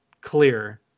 clear